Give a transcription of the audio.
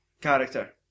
character